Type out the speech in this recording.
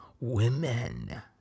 women